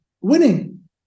winning